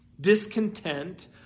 discontent